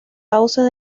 causas